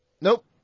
Nope